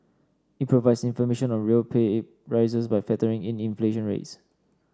it provides information on real pay it rises by factoring in inflation rates